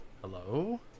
hello